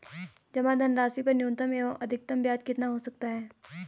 जमा धनराशि पर न्यूनतम एवं अधिकतम ब्याज कितना हो सकता है?